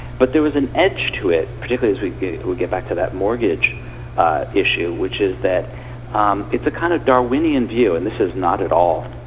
but there was an edge to it, particularly as we get we get back to that mortgage issue, which is that um it's a kind of darwinian view and this is not at all